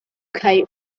kite